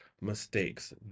mistakes